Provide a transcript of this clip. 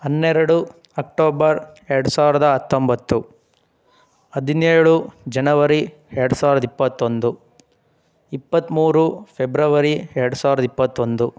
ಹನ್ನೆರಡು ಅಕ್ಟೋಬರ್ ಎರಡು ಸಾವಿರದ ಹತ್ತೊಂಬತ್ತು ಹದಿನೇಳು ಜನವರಿ ಎರಡು ಸಾವಿರದ ಇಪ್ಪತ್ತೊಂದು ಇಪ್ಪತ್ತ್ಮೂರು ಫೆಬ್ರವರಿ ಎರಡು ಸಾವಿರದ ಇಪ್ಪತ್ತೊಂದು